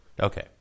okay